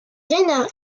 reinhard